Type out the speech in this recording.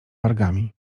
wargami